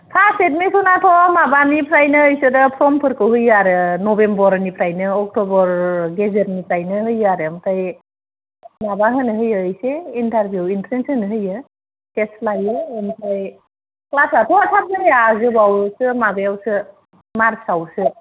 फार्स एदमिसनाथ' माबानिफ्रायनो इसोरो फर्मफोरखौ होयो आरो नबेम्बरनिफ्रायनो अक्टबर गेजेरनिफ्रायनो होयो आरो ओमफ्राय माबा होनो होयो एसे इन्टारभिउ इनट्रेनस होनो होयो टेस्ट लायो ओमफ्राय क्लासा थ' थाब जाया गोबावसो माबायाव सो मार्चआवसो